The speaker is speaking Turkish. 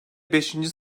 beşinci